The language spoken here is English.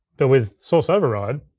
but with source override,